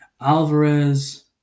Alvarez